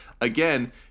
again